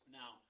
now